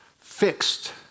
fixed